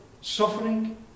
suffering